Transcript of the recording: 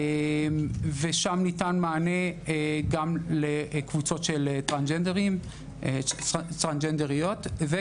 שם ניתן מענה גם לקבוצות של טרנסג'נדריות וגם